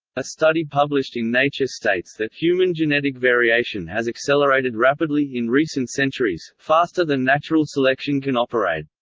a study published in nature states that human genetic variation has accelerated rapidly in recent centuries, faster than natural selection can operate.